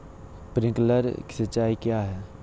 Sprinkler सिंचाई क्या है?